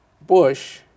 Bush